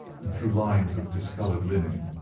and through lines of discoloured linen,